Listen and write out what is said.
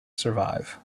survive